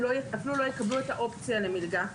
הם אפילו לא יקבלו את האופציה למלגה.